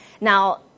Now